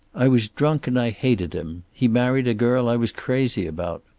i was drunk, and i hated him. he married a girl i was crazy about.